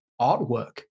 artwork